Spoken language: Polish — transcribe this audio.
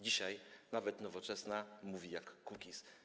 Dzisiaj nawet Nowoczesna mówi jak Kukiz.